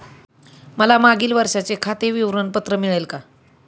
मला मागील वर्षाचे खाते विवरण पत्र मिळेल का?